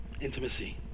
Intimacy